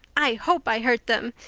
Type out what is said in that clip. i hope i hurt them.